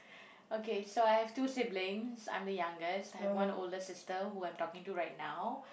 okay so I have two siblings I'm the youngest I have one older sister whom I am talking to right now